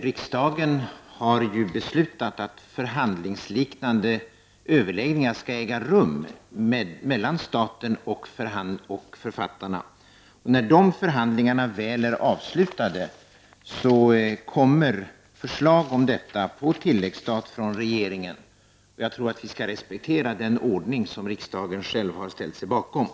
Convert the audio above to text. Riksdagen har ju beslutat att förhandlingsliknande överläggningar skall äga rum mellan staten och författarna. När dessa förhandlingar väl är avslutade kommer på tilläggsstat förslag om detta från regeringen. Jag tror att vi bör respektera den ordning som riksdagen själv har ställt sig bakom.